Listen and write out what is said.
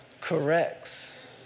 corrects